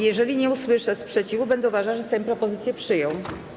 Jeżeli nie usłyszę sprzeciwu, będę uważała, że Sejm propozycję przyjął.